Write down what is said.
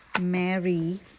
Mary